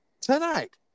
tonight